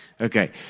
Okay